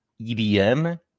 EDM